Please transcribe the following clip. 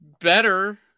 better